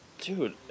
Dude